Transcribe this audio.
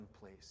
place